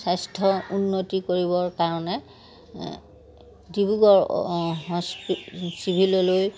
স্বাস্থ্য উন্নতি কৰিবৰ কাৰণে ডিব্ৰুগড় হস্পি চিভিললৈ